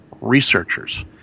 researchers